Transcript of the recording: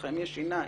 לכם יש שיניים.